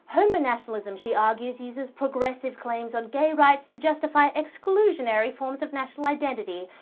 homonationalism, she argues, uses progressive claims on gay rights to justify exclusionary forms of national identity.